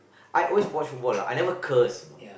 I always watch football lah I never curse you know